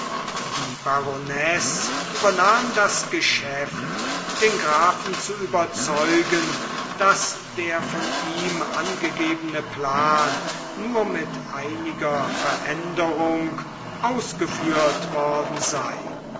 die baronesse übernahm das geschäft den grafen zu überzeugen daß der von ihm angegebene plan nur mit einiger veränderung ausgeführt worden sei